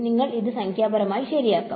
നിങ്ങൾ അത് സംഖ്യാപരമായി ശരിയാക്കണം